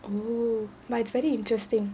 oh but it's very interesting